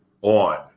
on